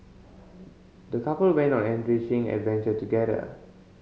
the couple went on an enriching adventure together